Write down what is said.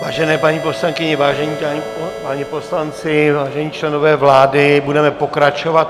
Vážené paní poslankyně, vážení páni poslanci, vážení členové vlády, budeme pokračovat.